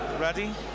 Ready